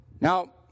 Now